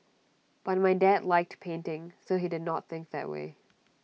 but my dad liked painting so he did not think that way